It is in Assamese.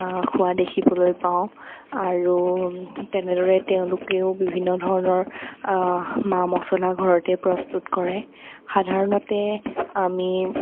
খোৱা দেখিবলৈ পাওঁ আৰু তেনেদৰে তেওঁলোকেও বিভিন্ন ধৰণৰ মা মচলা ঘৰতে প্ৰস্তুত কৰে সাধাৰণতে আমি